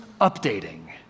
updating